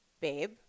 Babe